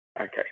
Okay